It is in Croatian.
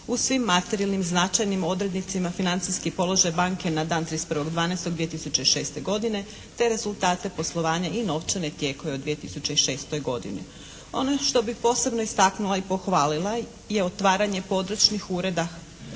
u svim materijalnim značenjima odrednicima financijski položaj banke na dan 31.12.2006. godine, te rezultate poslovanja i novčane tijekom 2006. godini. Ono što bi posebno istaknula i pohvalila je otvaranje područnih ureda